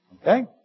Okay